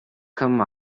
come